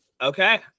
okay